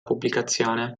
pubblicazione